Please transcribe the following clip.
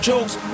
Jokes